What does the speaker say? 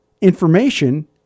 information